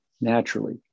naturally